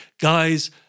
guys